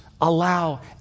allow